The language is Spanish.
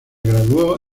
graduó